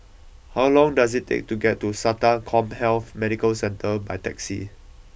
how long does it take to get to Sata CommHealth Medical Centre by taxi